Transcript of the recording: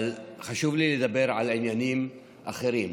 אבל חשוב לי לדבר על עניינים אחרים.